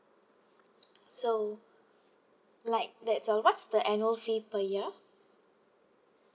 so like that's all what's the annual fee per year